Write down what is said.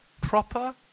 proper